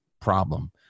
problem